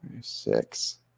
Six